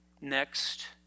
Next